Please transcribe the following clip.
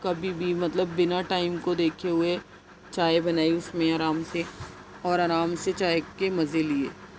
کبھی بھی مطلب بنا ٹائم کو دیکھے ہوئے چائے بنائی اس میں آرام سے اور آرام سے چائے کے مزے لیے